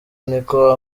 niko